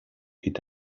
est